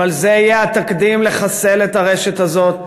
אבל זה יהיה התקדים לחסל את הרשת הזאת.